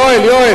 יואל, יואל.